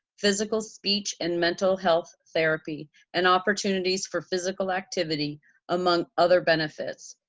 physical speech and mental health therapy and opportunities for physical activity among other benefits.